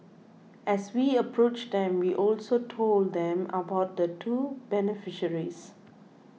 as we approached them we also told them about the two beneficiaries